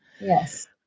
Yes